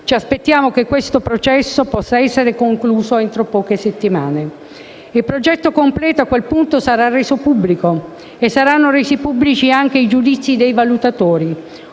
Ci aspettiamo che questo processo possa essere concluso entro poche settimane. Il progetto completo, a quel punto, sarà reso pubblico, e saranno resi pubblici anche i giudizi dei valutatori: